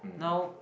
now